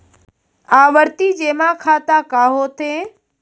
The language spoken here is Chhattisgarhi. आवर्ती जेमा खाता का होथे?